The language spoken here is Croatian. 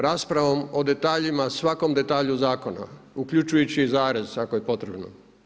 Raspravom o detaljima, svakom detalju zakona uključujući i zarez ako je potrebno.